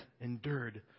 endured